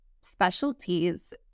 specialties